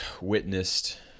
witnessed